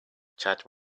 chad